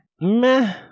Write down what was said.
meh